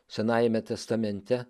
senajame testamente